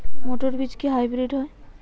মটর বীজ কি হাইব্রিড হয়?